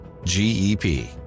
GEP